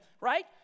Right